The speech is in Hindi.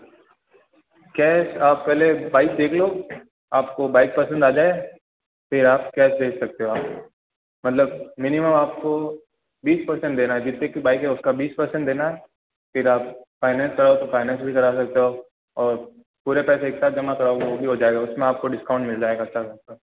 कैश आप पहले बाइक देख लो आपको बाइक पसंद आ जाए फिर आप कैश दे सकते हो आप मतलब मिनिमम आपको बीस पर्सेंट देना है जितने की बाइक है उसका बीस पर्सेंट देना है फिर आप फ़ाइनैन्स कराओ तो फ़ाइनैन्स भी करा सकते हो और पूरे पैसे एक साथ जमा कराओ वो भी हो जाएगा उसमें आपको डिस्काउंट मिल जाएगा सर